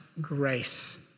grace